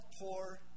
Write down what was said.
poor